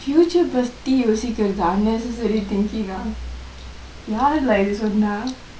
future பத்தி யோசிக்கிறது:pathi yosikirathu unnecessary thinkingk ah யாரு:yaaru lah இது சொன்னா:ithu sonnaa